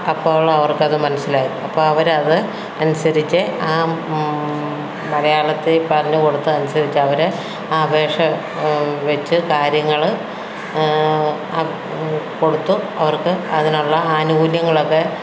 അപ്പോൾ അവർക്ക് അത് മനസ്സിലായി അപ്പോൾ അവർ അത് അനുസരിച്ച് ആ മലയാളത്തിൽ പറഞ്ഞ് കൊടുത്തത് അനുസരിച്ച് അവർ ആ അപേക്ഷ വച്ചു കാര്യങ്ങൾ കൊടുത്തു അവർക്ക് അതിനുള്ള ആനുകൂല്യങ്ങളൊക്കെ